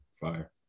Fire